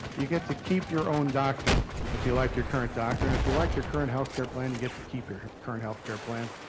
you get to keep your own doctor. if you like your current doctor, and if you like your current healthcare plan, you get to keep your current healthcare plan.